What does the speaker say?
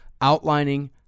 outlining